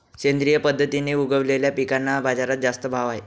सेंद्रिय पद्धतीने उगवलेल्या पिकांना बाजारात जास्त भाव आहे